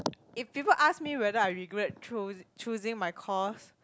if people ask me whether I regret chose choosing my course